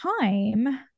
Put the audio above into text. time